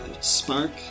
Spark